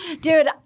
Dude